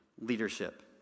leadership